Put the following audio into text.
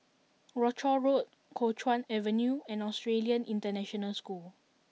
Rochor Road Kuo Chuan Avenue and Australian International School